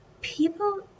people